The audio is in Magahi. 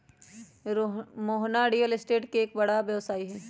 मोहना रियल स्टेट के एक बड़ा व्यवसायी हई